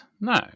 No